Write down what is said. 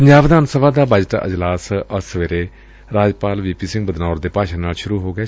ਪੰਜਾਬ ਵਿਧਾਨ ਸਭਾ ਦਾ ਬਜਟ ਅਜਲਾਸ ਅੱਜ ਸਵੇਰੇ ਰਾਜਪਾਲ ਵੀ ਪੀ ਸਿੰਘ ਬਦਨੌਰ ਦੇ ਭਾਸ਼ਣ ਨਾਲ ਸੁਰੂ ਹੋ ਗਿਐ